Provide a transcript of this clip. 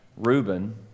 Reuben